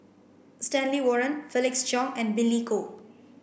Stanley Warren Felix Cheong and Billy Koh